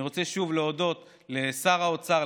אני רוצה שוב להודות לשר האוצר,